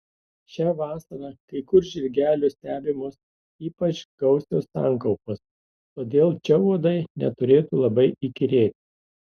šią vasarą kai kur žirgelių stebimos ypač gausios sankaupos todėl čia uodai neturėtų labai įkyrėti